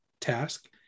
task